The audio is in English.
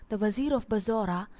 the wazir of bassorah,